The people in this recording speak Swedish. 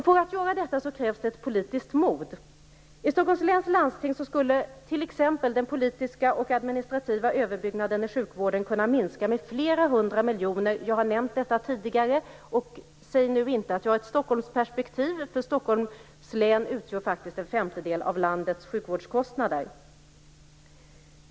För att göra detta krävs ett politiskt mod. I Stockholms läns landsting skulle t.ex. den politiska och administrativa överbyggnaden i sjukvården kunna minska med flera hundra miljoner. Jag har nämnt detta tidigare. Säg nu inte att jag har ett Stockholmsperspektiv, för Stockholms läns sjukvårdskostnader utgör en femtedel av landets sjukvårdskostnader.